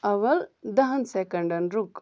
اوَل دَہن سیٚکنٛڈن رُک